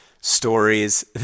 stories